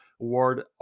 award